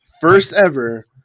first-ever